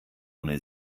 ohne